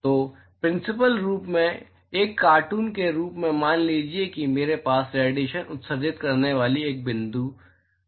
तो प्रिंसिपल्स रूप में एक कार्टून के रूप में मान लीजिए कि मेरे पास रेडिएशन उत्सर्जित करने वाली एक बिंदु वस्तु है